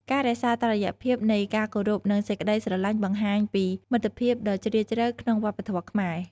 ការរក្សាតុល្យភាពនៃ ការគោរពនិងសេចក្ដីស្រឡាញ់បង្ហាញពីមិត្តភាពដ៏ជ្រាលជ្រៅក្នុងវប្បធម៌ខ្មែរ។